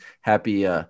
happy –